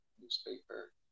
newspaper